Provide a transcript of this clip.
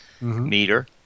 meter